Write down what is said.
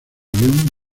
avión